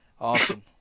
awesome